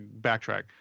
backtrack